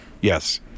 Yes